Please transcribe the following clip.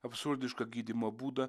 absurdišką gydymo būdą